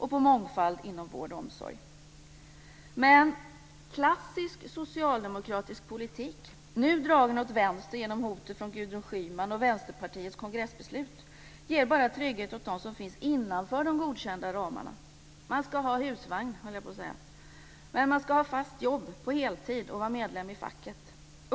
Vidare gäller det satsningar på mångfald inom vård och omsorg. Vänsterpartiets kongressbeslut - ger dock trygghet bara åt dem som finns innanför de godkända ramarna. Man ska husvagn, skulle jag nästan vilja säga - man ska ha fast jobb på heltid och vara medlem i facket.